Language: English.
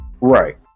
right